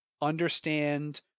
understand